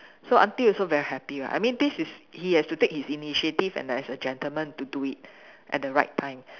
so aunty also very happy ah I mean this is he has to take his initiative and as a gentleman to do it at the right time